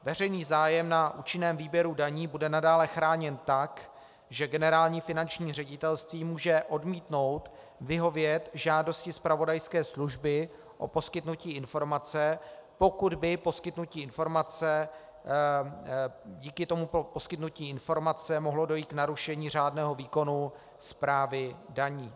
Veřejný zájem na účinném výběru daní bude nadále chráněn tak, že Generální finanční ředitelství může odmítnout vyhovět žádosti zpravodajské služby o poskytnutí informace, pokud by díky tomuto poskytnutí informace mohlo dojít k narušení řádného výkonu správy daní.